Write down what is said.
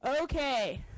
Okay